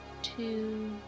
two